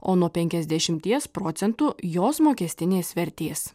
o nuo penkiasdešimties procentų jos mokestinės vertės